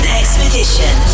expedition